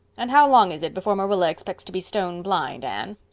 and how long is it before marilla expects to be stone blind, anne?